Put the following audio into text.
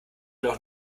noch